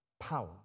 Power